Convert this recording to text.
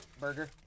Burger